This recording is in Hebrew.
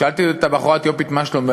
שאלתי את הבחורה האתיופית: מה שלומך?